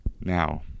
Now